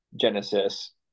Genesis